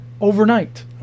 overnight